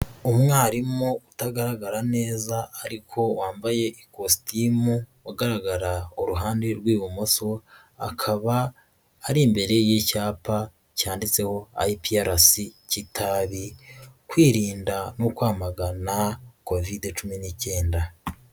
Umwarimu utagaragara neza ariko wambaye ikositimu, ugaragara uruhande rw'ibumoso, akaba ari imbere y'icyapa cyanditseho IPRC Kitabi, kwirinda no kwamagana kovide cumi n'icyenda.